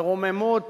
ורוממות